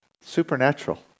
Supernatural